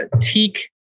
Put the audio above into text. teak